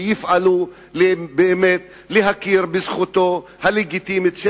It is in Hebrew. שיפעלו באמת להכיר בזכותו הלגיטימית של